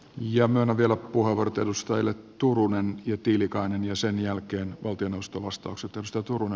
myönnän vielä puheenvuorot edustajille turunen ja tiilikainen ja sen jälkeen valtioneuvoston vastaukset